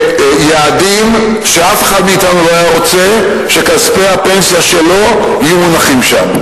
וביעדים שאף אחד מאתנו לא היה רוצה שכספי הפנסיה שלו יהיו מונחים שם.